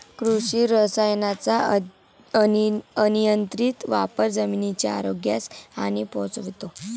कृषी रसायनांचा अनियंत्रित वापर जमिनीच्या आरोग्यास हानी पोहोचवतो